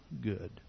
good